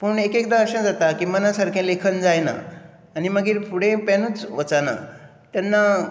पूण एक एकदां अशें जाता की मना सारके लेखन जायना आनी मागीर फुडें पेनूच वचना ना